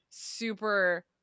super